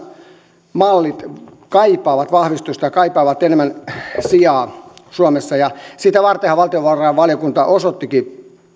toimintamallit kaipaavat vahvistusta ja kaipaavat enemmän sijaa suomessa sitä vartenhan valtiovarainvaliokunta osoittikin